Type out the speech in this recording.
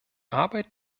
arbeit